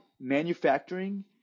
manufacturing